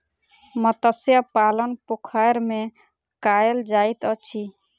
मत्स्य पालन पोखैर में कायल जाइत अछि